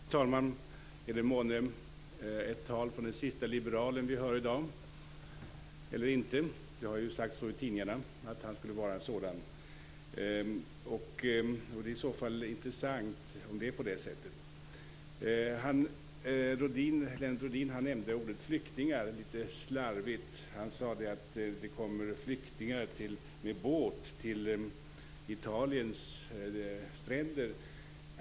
Fru talman! Är det ett tal från den siste liberalen vi hör i dag eller inte? Det har ju sagts i tidningarna att det skulle vara så. Det är i så fall intressant om det är på det sättet. Lennart Rohdin nämnde ordet flyktingar litet slarvigt. Han sade att det kommer flyktingar med båt till Italiens stränder.